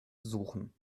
suchen